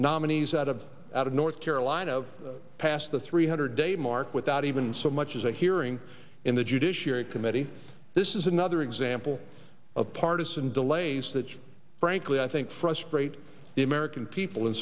nominees out of out of north carolina passed the three hundred day mark without even so much as a hearing in the judiciary committee this is another example of partisan delays that frankly i think frustrate the american people and